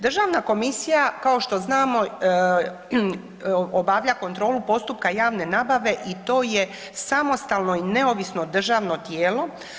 Državna komisija kao što znamo obavlja kontrolu postupka javne nabave i to je samostalno i neovisno državno tijelo.